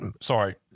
sorry